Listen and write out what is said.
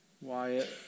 Wyatt